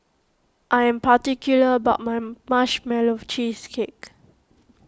I am particular about my Marshmallow Cheesecake